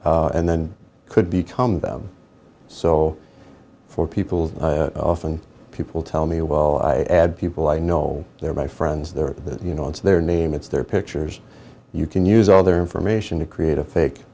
s and then it could become them so for people often people tell me oh well i had people i know they're my friends they're the you know it's their name it's their pictures you can use all their information to create a fake